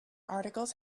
articles